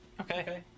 Okay